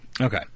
Okay